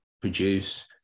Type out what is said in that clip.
produce